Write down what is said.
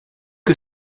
que